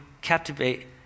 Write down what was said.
captivate